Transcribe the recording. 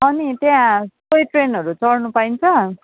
अनि त्यहाँ टोय ट्रेनहरू चढ्नु पाइन्छ